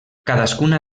cadascuna